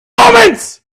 moments